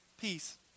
Peace